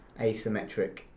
asymmetric